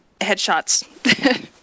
headshots